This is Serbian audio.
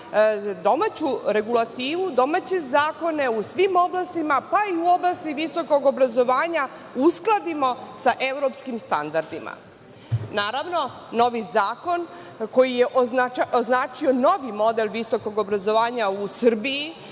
domaću regulativu, domaće zakone u svim oblastima, pa i u oblasti visokog obrazovanja, uskladimo sa evropskim standardima. Naravno, novi zakon koji je označio novi model visokog obrazovanja u Srbiji